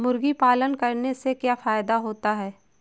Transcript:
मुर्गी पालन करने से क्या फायदा होता है?